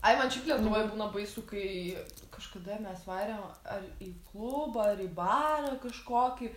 ai man šiaip lietuvoj būna baisu kai kažkada mes varėm ar į klubą ar į barą kažkokį